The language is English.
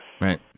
right